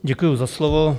Děkuji za slovo.